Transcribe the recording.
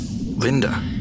Linda